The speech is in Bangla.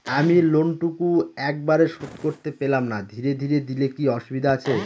আমি লোনটুকু একবারে শোধ করতে পেলাম না ধীরে ধীরে দিলে কি অসুবিধে আছে?